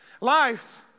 life